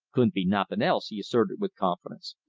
couldn't be nothin' else, he asserted with confidence.